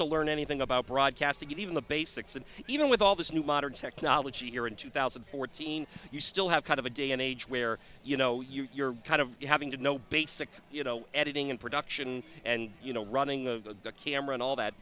to learn anything about broadcasting even the basics and even with all this new modern technology here in two thousand and fourteen you still have kind of a day and age where you know you're kind of having to know basic you know editing and production and you know running the camera and all that